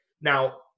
Now